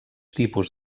tipus